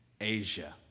Asia